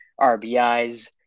RBIs